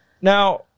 Now